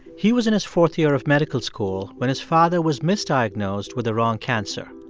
he was in his fourth year of medical school when his father was misdiagnosed with the wrong cancer,